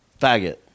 Faggot